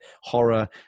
horror